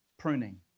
pruning